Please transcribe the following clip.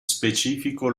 specifico